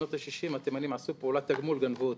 שבשנות ה-60 התימנים עשו פעולת תגמול וגנבו אותי.